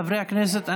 חברי הכנסת,